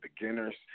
beginner's